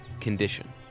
condition